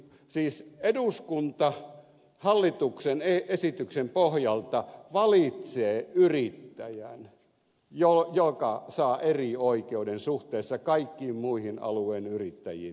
siis eduskunta hallituksen esityksen pohjalta valitsee yrittäjän joka saa erioikeuden suhteessa kaikkiin muihin alueen yrittäjiin